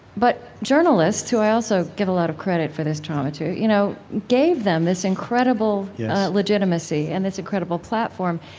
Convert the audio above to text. but journalists who i also give a lot of credit for this trauma too, you know, gave them this incredible legitimacy and this incredible platform.